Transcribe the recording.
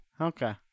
Okay